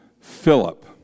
Philip